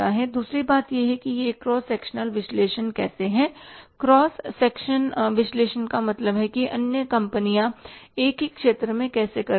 दूसरी बात यह है कि यह एक क्रॉस सेक्शन विश्लेषण कैसे है क्रॉस सेक्शन विश्लेषण का मतलब है कि अन्य कंपनियां एक ही क्षेत्र में कैसे कर रही हैं